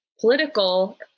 political